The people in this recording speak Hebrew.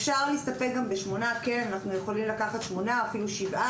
אפשר להסתפק גם בשמונה, אפילו בשבעה.